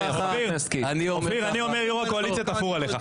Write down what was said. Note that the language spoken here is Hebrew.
אופיר, אני אומר: יו"ר הקואליציה תפור עליך.